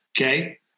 okay